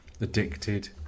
addicted